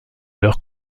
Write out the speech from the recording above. leur